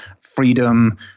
freedom